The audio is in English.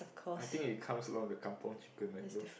I think it comes along the kampung chicken